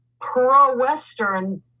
pro-Western